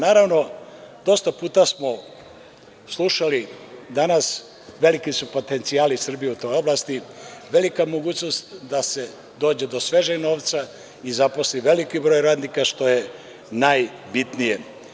Naravno, dosta puta smo slušali danas, veliki su potencijali Srbije u toj oblasti, velika je mogućnost da se dođe do svežeg novca i zaposli veliki broj radnika, što je najbitnije.